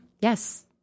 Yes